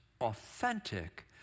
authentic